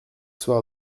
soir